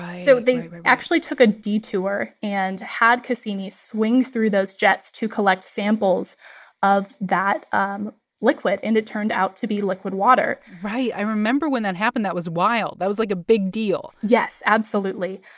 so they actually took a detour and had cassini swing through those jets to collect samples of that um liquid. and it turned out to be liquid water right. i remember when that happened. that was wild. that was, like, a big deal yes, absolutely.